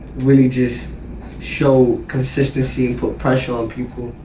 really just show consistency and put pressure on people.